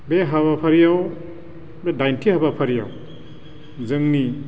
बे हाबाफारियाव बे दाइनथि हाबाफारियाव जोंनि